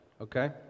okay